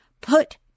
put